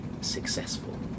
successful